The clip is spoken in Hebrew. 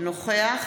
נוכח